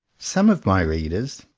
some of my readers,